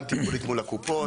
גם תפעולית מול הקופות,